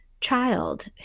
child